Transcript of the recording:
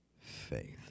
faith